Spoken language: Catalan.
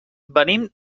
venim